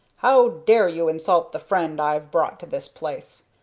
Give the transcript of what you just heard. how dare you insult the friend i've brought to this place?